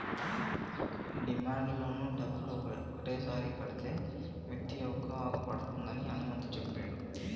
demand loan డబ్బులు ఒకటేసారి కడితే మిత్తి ఎక్కువ పడుతుందని హనుమంతు చెప్పిండు